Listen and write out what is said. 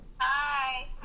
Hi